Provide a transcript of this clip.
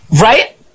Right